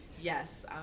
yes